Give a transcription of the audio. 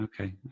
okay